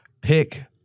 pick